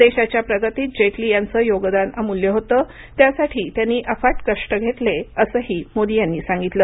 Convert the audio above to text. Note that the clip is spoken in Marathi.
देशाच्या प्रगतीत जेटली यांचं योगदान अमूल्य होतं त्यासाठी त्यांनी अफाट कष्ट घेतले असंही मोदी यांनी सांगितलं